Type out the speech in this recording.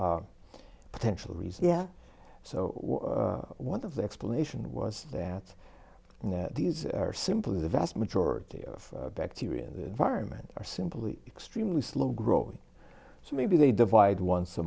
potential reason yeah so one of the explanation was that these are simply the vast majority of bacteria and environment are simply extremely slow growing so maybe they divide once a